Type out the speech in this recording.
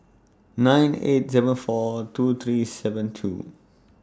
nine eight seven four two three seven two